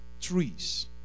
trees